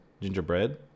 gingerbread